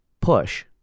push